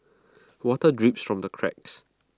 water drips from the cracks